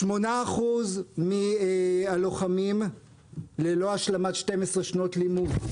8% מהלוחמים ללא השלמת 12 שנות לימוד.